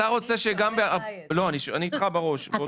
אני איתך בראש.